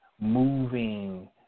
moving